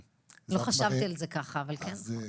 לא חשבתי על זה כך, אבל כן.